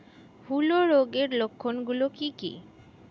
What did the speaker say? হূলো রোগের লক্ষণ গুলো কি কি?